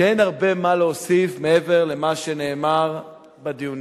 שאין הרבה מה להוסיף מעבר למה שנאמר בדיונים.